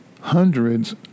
hundreds